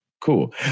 Cool